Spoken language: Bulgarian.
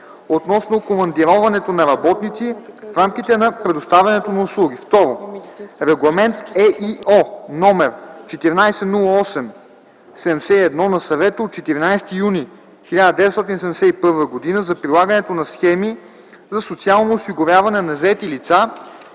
относно командироването на работници в рамките на предоставянето на услуги; 2. Регламент (ЕИО) № 1408/71 на Съвета от 14 юни 1971 г. за прилагането на схеми за социално осигуряване на заети лица